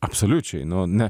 absoliučiai nu ne